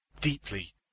deeply